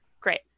great